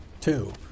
Two